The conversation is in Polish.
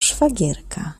szwagierka